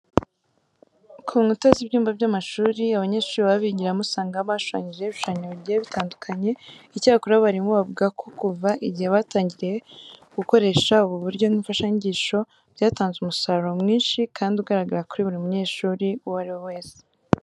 Ku nkuta z'ibyumba by'amashuri abanyeshuri baba bigiramo usanga haba hashushanyijeho ibishushanyo bigiye bitandukanye. Icyakora abarimu bavuga ko kuva igihe batangiriye gukoresha ubu buryo nk'imfashanyigisho, byatanze umusaruro mwinshi kandi ugaragara kuri buri munyeshuri uwo ari we wese.